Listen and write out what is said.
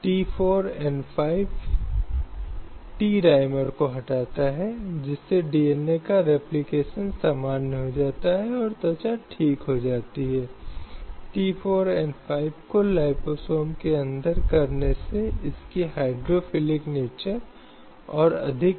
इसलिए उस आधार पर कई मुकदमे हुए हैं जिन्हें मुख्य रूप से जनहित याचिकाओं के रूप में स्थापित किया गया है विभिन्न मुद्दों पर ध्यान देने के लिए जो महिलाओं का सामना कर रहे हैं और चाहे असमान मजदूरी से संबंधित हों या अनैतिक यातायात या नाबालिग लड़कियों की बिक्री से संबंधित हों